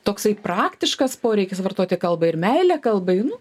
toksai praktiškas poreikis vartoti kalbą ir meilė kalbai nu